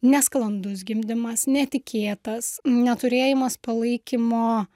nesklandus gimdymas netikėtas neturėjimas palaikymo